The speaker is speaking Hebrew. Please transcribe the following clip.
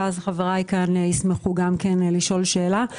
ואז חבריי ישמחו לשאול שאלה.